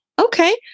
Okay